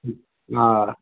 آ